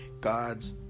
God's